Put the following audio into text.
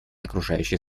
окружающей